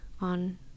on